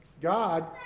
God